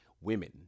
Women